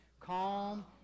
calm